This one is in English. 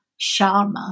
Sharma